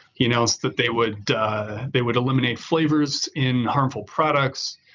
he announced that they would they would eliminate flavors in harmful products.